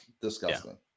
disgusting